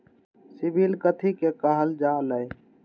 CIBIL कथि के काहल जा लई?